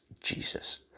Jesus